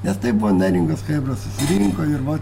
nes tai buvo neringos chebra susirinko ir vat